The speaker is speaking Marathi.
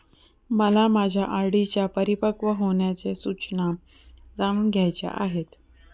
मला माझ्या आर.डी च्या परिपक्व होण्याच्या सूचना जाणून घ्यायच्या आहेत